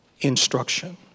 instruction